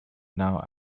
now